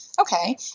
Okay